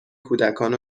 کودکان